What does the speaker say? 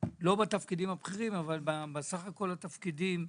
לא בתפקידים הבכירים, אבל בסך כל התפקידים.